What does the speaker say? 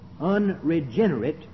unregenerate